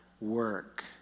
work